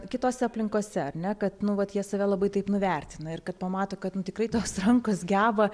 kitose aplinkose ar ne kad nu vat jie save labai taip nuvertina ir kad pamato kad nu tikrai tos rankos geba